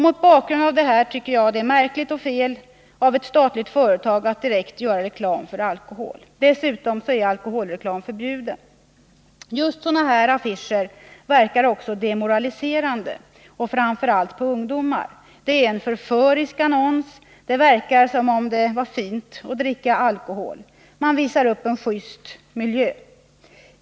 Mot bakgrund av detta tycker jag att det är märkligt och fel av ett statligt företag att direkt göra reklam för alkohol. Dessutom är alkoholreklam förbjuden. Just sådana här affischer verkar också demoraliserande, framför allt på ungdomar. Det är en förförisk annons. Det verkar som om det är fint att dricka alkohol. Man visar upp en just miljö.